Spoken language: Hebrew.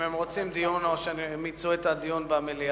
אם הם רוצים דיון או שהם מיצו את הדיון במליאה.